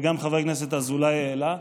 וגם חבר הכנסת אזולאי העלה,